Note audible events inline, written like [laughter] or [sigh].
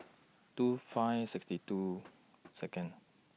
two five sixty two [noise] Second